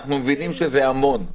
אנחנו מבינים שזה המון.